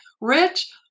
Rich